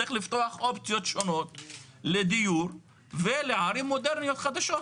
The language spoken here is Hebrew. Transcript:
צריך לפתוח אופציות שונות לדיור ולערים מודרניות חדשות,